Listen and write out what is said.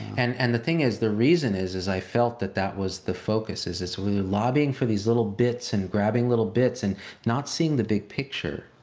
and and the thing is, the reason is, is i felt that that was the focus is it's really lobbying for these little bits and grabbing little bits and not seeing the big picture.